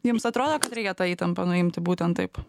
jums atrodo kad reikia tą įtampą nuimti būtent taip